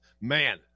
man